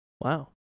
Wow